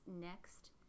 next